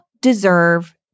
deserve